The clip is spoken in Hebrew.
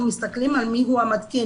מסתכלים על מי הוא המתקין,